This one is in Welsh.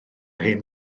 hen